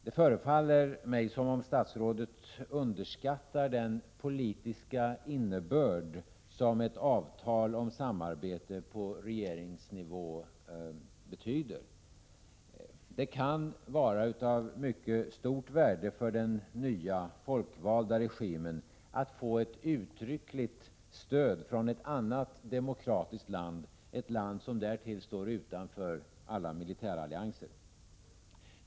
Det förefaller mig som om statsrådet underskattar den politiska innebörd som ett avtal om samarbete på regeringsnivå har. Det kan vara av mycket stort värde för den nya folkvalda regimen att få ett uttryckligt stöd från ett annat demokratiskt land, ett land som därtill står utanför alla militärallianser.